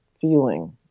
feeling